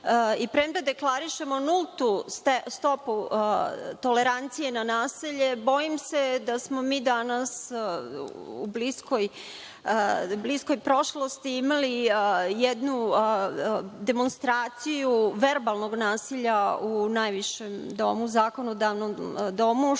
i premda deklarišemo nultu stopu tolerancije na nasilje, bojim se da smo mi danas, u bliskoj prošlosti, imali jednu demonstraciju verbalnog nasilja u najvišem zakonodavnom domu,